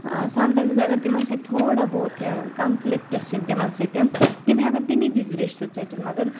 sometimes اگر تِمَن سۭتۍ تھوڑا بہت کینٛہہ کَنفِلِکٹٕس یِن تِمَن سۭتۍ تِم ہٮ۪کَن تمی وِز رِشتہٕ ژٔٹِتھ مگر